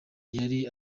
yari